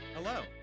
Hello